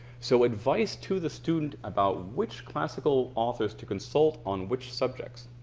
so advice to the student about which classical authors to consult on which subjects.